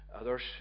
Others